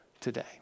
today